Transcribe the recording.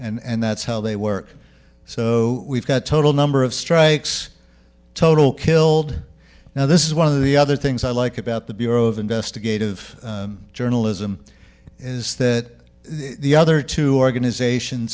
and that's how they work so we've got total number of strikes total killed now this is one of the other things i like about the bureau of investigative journalism is that the other two organization